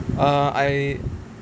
err I